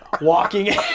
Walking